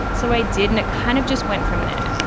so i did and it kind of just went from there.